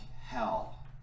hell